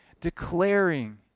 declaring